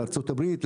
לארצות הברית,